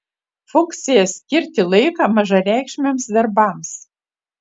funkcija skirti laiką mažareikšmiams darbams